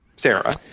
Sarah